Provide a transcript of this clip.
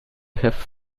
have